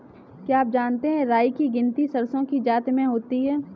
क्या आप जानते है राई की गिनती सरसों की जाति में होती है?